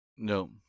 no